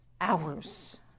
hours